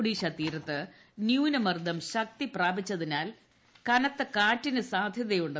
ഒഡീഷ തീരത്ത് ന്യൂനമർദ്ദം ശക്തിപ്രാപിച്ചതിനാൽ കനത്ത കാറ്റിന് സാധ്യതയുണ്ട്